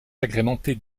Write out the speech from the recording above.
agrémentée